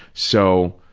so,